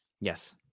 yes